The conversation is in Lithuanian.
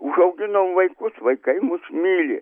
užauginom vaikus vaikai mus myli